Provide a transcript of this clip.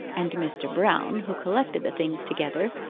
and mr. brown, who collected the things together,